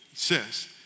Says